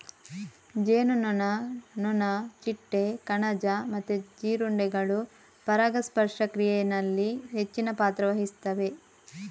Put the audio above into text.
ಜೇನುನೊಣ, ನೊಣ, ಚಿಟ್ಟೆ, ಕಣಜ ಮತ್ತೆ ಜೀರುಂಡೆಗಳು ಪರಾಗಸ್ಪರ್ಶ ಕ್ರಿಯೆನಲ್ಲಿ ಹೆಚ್ಚಿನ ಪಾತ್ರ ವಹಿಸ್ತವೆ